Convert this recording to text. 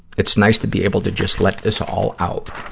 it's nice to be able to just let this all out.